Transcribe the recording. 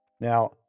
Now